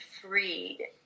freed